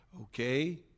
Okay